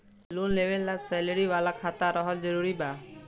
Loan लेवे ला salary वाला खाता रहल जरूरी बा?